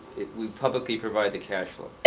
we publicly provide the cash flow.